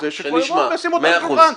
שיבואו וישימו את זה על השולחן.